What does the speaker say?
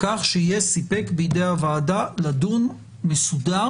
כך שיהיה סיפק בידי הוועדה לדיון מסודר.